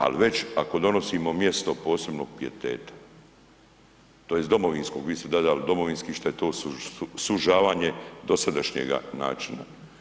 Al već ako donosimo mjesto posebnog pijeteta tj. domovinskog, vi ste dodali domovinski, šta je to sužavanje dosadašnjega načina.